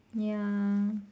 ya